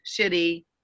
shitty